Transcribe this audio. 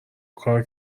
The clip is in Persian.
کار